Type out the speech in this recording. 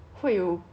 right